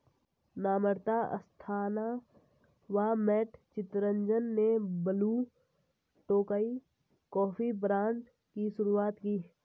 नम्रता अस्थाना व मैट चितरंजन ने Blue Tokai coffee brand की शुरुआत की